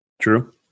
true